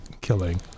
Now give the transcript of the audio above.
killing